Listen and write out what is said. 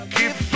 Give